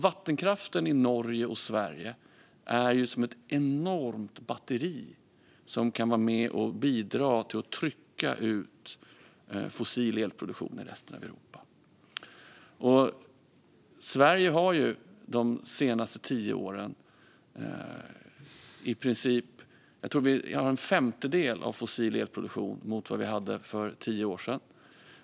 Vattenkraften i Norge och Sverige är som ett enormt batteri som kan bidra till att trycka ut fossil elproduktion i resten av Europa. Jag tror att Sverige har en fossil elproduktion som är en femtedel av den vi hade för tio år sedan.